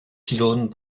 pylônes